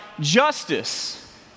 justice